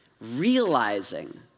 realizing